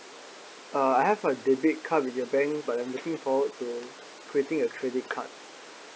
uh I have a debit card with your bank but I'm looking forward to creating a credit card